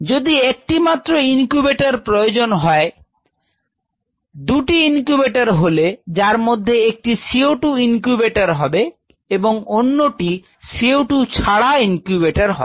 যদি একটি মাত্র ইনকিউবেটর প্রয়োজন হয় দুটি ইনকিউবেটর হলে যার মধ্যে একটি CO 2 ইনকিউবেটর হবে এবং অন্যটি সিওটু ছাড়া ইনকিউবেটর হবে